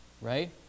Right